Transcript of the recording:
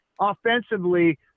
offensively